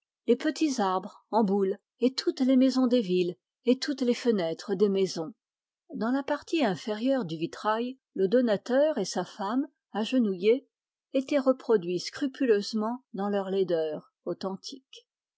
les petits arbres en boule et toutes les maisons des villes et toutes les fenêtres des maisons dans la partie inférieure du vitrail le donateur et sa femme agenouillés étaient reproduits scrupuleusement dans leur laideur authentique